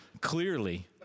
clearly